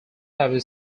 have